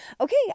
Okay